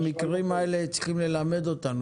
המקרים האלו צריכים ללמוד אותנו.